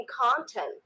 content